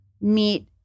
meet